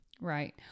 Right